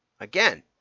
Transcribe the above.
Again